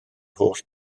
holl